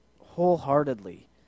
wholeheartedly